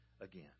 again